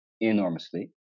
enormously